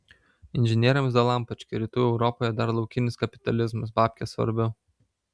inžinieriams dalampački rytų europoje dar laukinis kapitalizmas babkės svarbiau